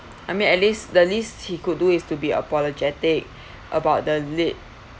I meant at least the least he could do is to be apologetic about the late